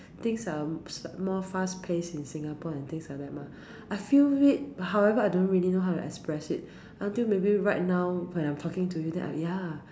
things are more fast paced in Singapore and things like that mah I feel it but however I don't really know how to express it until maybe right now when I talking to you then I ya